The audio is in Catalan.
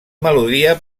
melodia